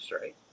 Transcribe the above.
right